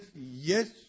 Yes